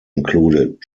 included